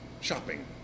shopping